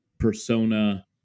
persona